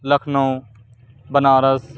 Lucknow Banaras